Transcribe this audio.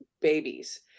babies